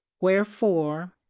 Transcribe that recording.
wherefore